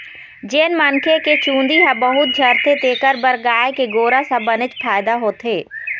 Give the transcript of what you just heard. जेन मनखे के चूंदी ह बहुत झरथे तेखर बर गाय के गोरस ह बनेच फायदा होथे